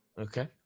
Okay